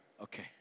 Okay